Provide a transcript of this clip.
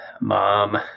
mom